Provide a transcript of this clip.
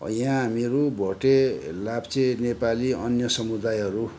यहाँ मेरो भोटे लाप्चे नेपाली अन्य समुदायहरू